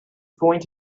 going